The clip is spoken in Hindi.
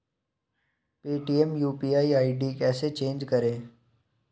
पेटीएम यू.पी.आई आई.डी कैसे चेंज करें?